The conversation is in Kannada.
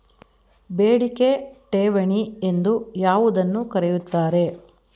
ಬೇಡಿಕೆ ಠೇವಣಿ ಎಂದು ಯಾವುದನ್ನು ಕರೆಯುತ್ತಾರೆ?